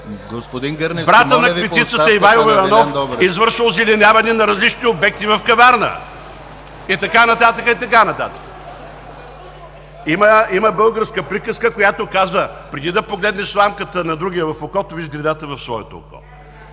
Братът на кметицата Ивайло Иванов извършва озеленяване на различни обекти в Каварна и така нататък, и така нататък. Има българска приказка, която казва: „Преди да погледнеш сламката на другия в окото, виж гредата в своето око.“